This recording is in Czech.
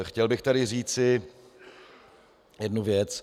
Chtěl bych ale tady říci jednu věc.